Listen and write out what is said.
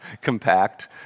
compact